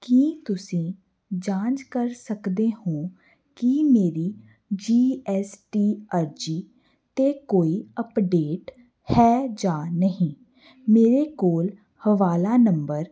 ਕੀ ਤੁਸੀਂ ਜਾਂਚ ਕਰ ਸਕਦੇ ਹੋ ਕਿ ਮੇਰੀ ਜੀ ਐੱਸ ਟੀ ਅਰਜ਼ੀ 'ਤੇ ਕੋਈ ਅੱਪਡੇਟ ਹੈ ਜਾਂ ਨਹੀਂ ਮੇਰੇ ਕੋਲ ਹਵਾਲਾ ਨੰਬਰ